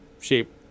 shape